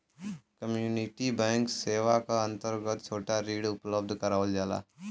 community bank सेवा क अंतर्गत छोटा ऋण उपलब्ध करावल जाला